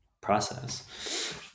process